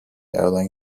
airline